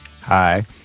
Hi